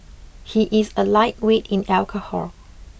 he is a lightweight in alcohol